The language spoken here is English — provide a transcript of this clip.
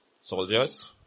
Soldiers